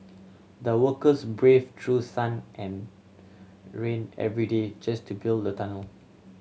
the workers brave through sun and rain every day just to build the tunnel